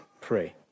pray